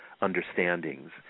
understandings